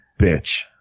bitch